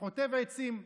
חוטב עצים.